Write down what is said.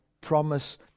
promise